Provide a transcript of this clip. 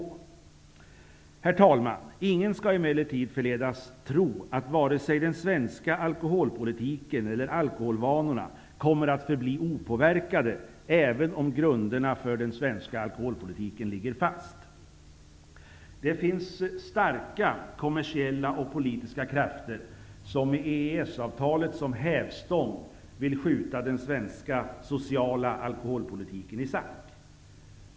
Herr talman! Ingen skall emellertid förledas att tro att vare sig den svenska alkoholpolitiken eller alkoholvanorna kommer att förbli opåverkade, även om grunderna för den svenska alkoholpolitiken ligger fast. Det finns starka kommersiella och politiska krafter som med EES avtalet som hävstång vill skjuta den svenska sociala alkoholpolitiken i sank.